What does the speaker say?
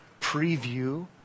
preview